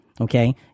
Okay